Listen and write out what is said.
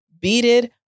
beaded